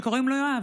שקוראים לו יואב,